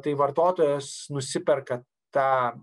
tai vartotojas nusiperka tą